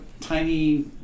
tiny